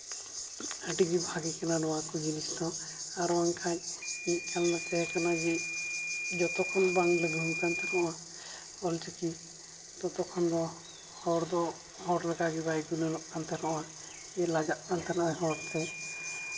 ᱟᱹᱰᱤ ᱜᱮ ᱵᱷᱟᱜᱮ ᱠᱟᱱᱟ ᱱᱚᱣᱟ ᱠᱚ ᱡᱤᱱᱤᱥ ᱫᱚ ᱟᱨᱚ ᱵᱟᱝᱠᱷᱟᱡ ᱡᱟᱹᱱᱤᱡ ᱠᱷᱟᱱᱫᱚ ᱛᱟᱦᱮᱸ ᱠᱟᱱᱟ ᱡᱮ ᱡᱚᱛᱚ ᱠᱷᱚᱱ ᱵᱟᱝ ᱞᱟᱹᱜᱩ ᱠᱟᱱ ᱛᱟᱠᱚᱣᱟ ᱚᱞᱪᱤᱠᱤ ᱛᱚᱛᱚᱠᱷᱚᱱ ᱫᱚ ᱦᱚᱲ ᱫᱚ ᱦᱚᱲ ᱞᱮᱠᱟᱜᱮ ᱵᱟᱭ ᱜᱩᱱᱟᱹᱱᱚᱜ ᱠᱟᱱ ᱛᱟᱠᱚᱣᱟ ᱡᱮ ᱞᱟᱡᱟᱜ ᱠᱟᱱ ᱛᱟᱦᱮᱱᱟᱭ ᱦᱚᱲᱛᱮ